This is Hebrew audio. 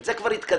משם כבר התקדמנו.